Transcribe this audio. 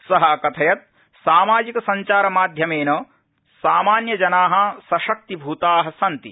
स अकथयत् सामाजि संचार माध्यमेन सामान्य जना सशक्तिभृता सन्ति